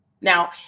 Now